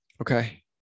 okay